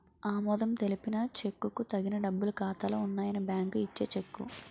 ఆమోదం తెలిపిన చెక్కుకు తగిన డబ్బులు ఖాతాలో ఉన్నాయని బ్యాంకు ఇచ్చే చెక్కు